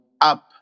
up